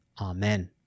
amen